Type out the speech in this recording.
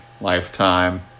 lifetime